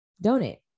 Donate